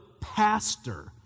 pastor